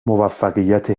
موفقیت